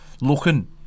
looking